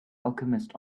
alchemist